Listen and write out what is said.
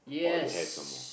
or you have some more